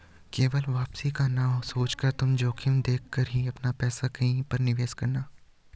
केवल वापसी का ना सोचकर तुम जोखिम देख कर ही अपना पैसा कहीं पर निवेश करना